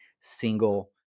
single